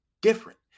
different